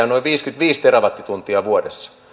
energiaa noin viisikymmentäviisi terawattituntia vuodessa